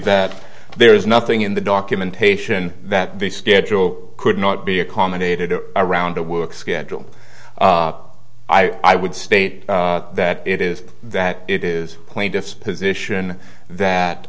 that there is nothing in the documentation that the schedule could not be accommodated around a work schedule i would state that it is that it is plaintiff's position that